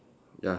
ya